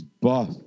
buff